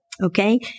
okay